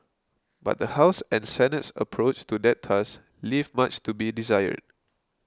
but the House and Senate's approach to that task leave much to be desired